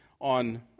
on